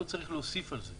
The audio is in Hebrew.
לא צריך להוסיף על זה.